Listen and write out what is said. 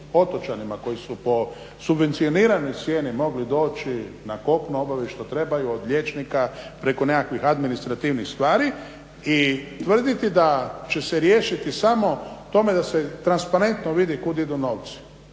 otočanima koji su po subvencioniranoj cijeni mogli doći na kopno, obaviti što trebaju, od liječnika preko nekakvih administrativnih stvari i tvrditi da će se riješiti samo tome da se transparentno vidi kud idu novci.